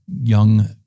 young